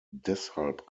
deshalb